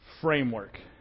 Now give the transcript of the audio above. framework